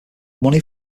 money